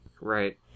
Right